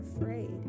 afraid